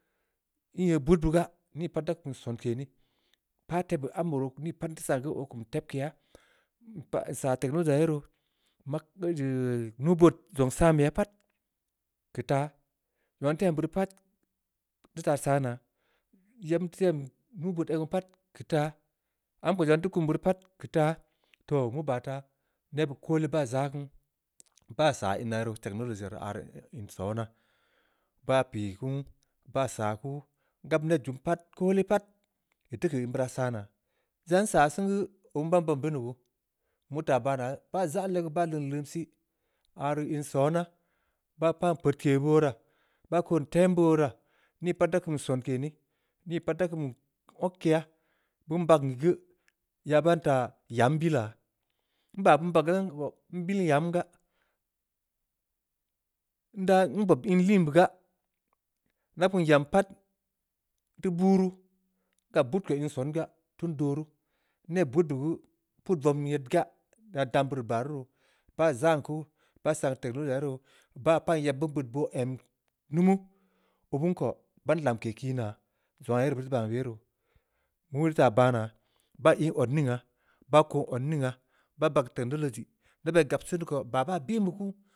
Ii nyeu bud beu gaa, nii pat da kum sonke nii, pah tebue ambe rii, nii geu oo kum tebkeya, npaa nsaa technology aah ye roo, mag keu, nuubood zong saa be ya rii ta pat, keu taa. zongha nteu em beurii pat, nda taa saa naa. yebn teu em nuubood eg’n be pat keu taa, amko zongha nteu kum beurii pat, keu taa, toh mu baa taa, neb beud kole baa jaa keun, baa saa ina roo, technology ina rii, in sona. baa pii keun nbaa saa kunu, ngab neh jum pat, koole pat, ii teu keu in bra saa naa, zan nsaa sen geu, obu ban bob bini gu? Meuri ta baa naa, baa zaa legu baa leun leum sii, aah rii in sona. baa pan peudke beu wora, baa kon tembeu wora, nii pat da kum sonke neh, nii pat da kum okkeyaa, beun bagn geu, yaa ban ta yam billaa, nba beun bagga, nbill yam gaa, nbob inliin ga, daa kum yam pat, nteu buruu, ngab buud ko in songa, tun doo ruu, n’neh bud be geu put vom nyed gaa, yedda dam beuri baa ruu roo, baa zaan kuu, baa saan technology ahh ye roo, baa paan yeb beu beud boo em numu, oo bun ko. ban lamke kiinaa, zongha aah ye rii beu rii bandoo, meurii taa baa naa, baa ii odningha, baa kon odningha, baa bagn technology, neba ii gab sen dii ko, baa-baa bin beu kunu.